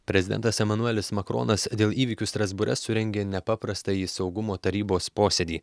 prezidentas emanuelis makronas dėl įvykių strasbūre surengė nepaprastąjį saugumo tarybos posėdį